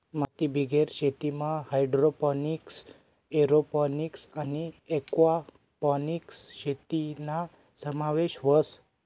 मातीबिगेर शेतीमा hydroponics, aeroponics आणि एक्वापोनिक्स शेतीना समावेश व्हस